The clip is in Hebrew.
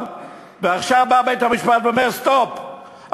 ועכשיו בא בית-המשפט ואומר: סטופ,